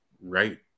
right